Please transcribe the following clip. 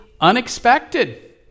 unexpected